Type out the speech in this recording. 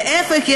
להפך,